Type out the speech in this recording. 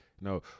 No